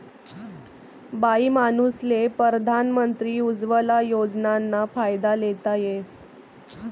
बाईमानूसले परधान मंत्री उज्वला योजनाना फायदा लेता येस